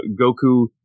goku